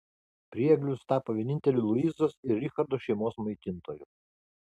prieglius tapo vieninteliu luizos ir richardo šeimos maitintoju